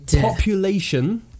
population